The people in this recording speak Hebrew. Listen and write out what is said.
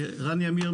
רני עמיר,